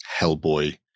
Hellboy